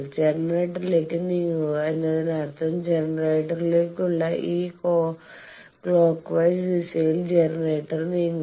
ജനറേറ്ററിലേക്ക് നീങ്ങുക എന്നതിനർത്ഥം ജനറേറ്ററിലേക്കുള്ള ഈ ക്ലോക്ക് വൈസ് ദിശയിൽ ജനറേറ്ററിലേക്ക് നിങ്ങുക